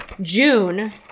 June